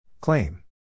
Claim